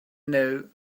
know